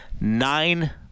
nine